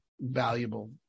valuable